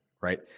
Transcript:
Right